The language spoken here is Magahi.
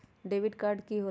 डेबिट काड की होला?